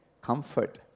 comfort